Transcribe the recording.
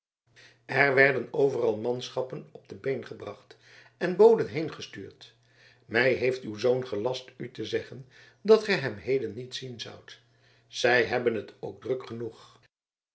er werden overal manschappen op de been gebracht en boden heengestuurd mij heeft uw zoon gelast u te zeggen dat gij hem heden niet zien zoudt zij hebben het ook druk genoeg